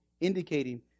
indicating